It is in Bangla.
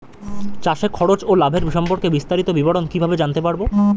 চাষে খরচ ও লাভের সম্পর্কে বিস্তারিত বিবরণ কিভাবে জানতে পারব?